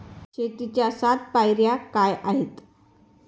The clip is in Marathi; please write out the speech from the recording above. शेतीच्या सात पायऱ्या काय आहेत?